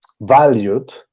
valued